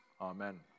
amen